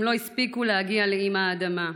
הם לא הספיקו להגיע לאימא אדמה.